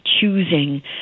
Choosing